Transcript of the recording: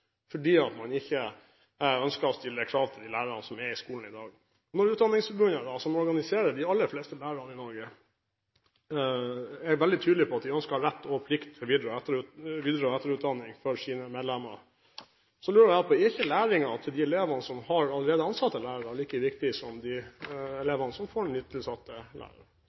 fordi man ikke ønsker å stille krav til de lærerne som er i skolen i dag. Når Utdanningsforbundet, som organiserer de aller fleste lærerne i Norge, er veldig tydelig på at de ønsker rett og plikt til videre- og etterutdanning for sine medlemmer, lurer jeg på: Er ikke læringen til de elevene som har allerede ansatte lærere, like viktig som de elevene som får nytilsatte lærere?